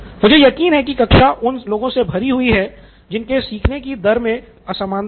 मुझे यकीन है कि कक्षा उन लोगों से भरी हुई है जिनके सीखने की दर मे असमानता है